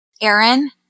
Aaron